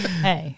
Hey